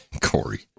Corey